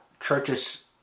churches